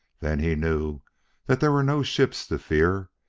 then he knew that there were no ships to fear,